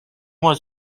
was